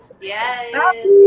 Yes